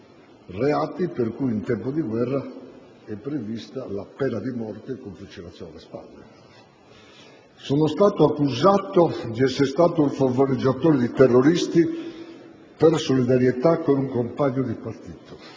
reati per cui in tempo di guerra è prevista la pena di morte con fucilazione alle spalle. Sono stato accusato di essere stato un favoreggiatore di terroristi per solidarietà con un compagno di partito